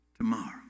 Tomorrow